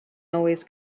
always